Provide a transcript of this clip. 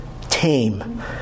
tame